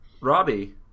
Robbie